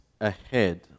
ahead